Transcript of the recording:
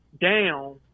down